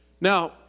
Now